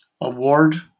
Award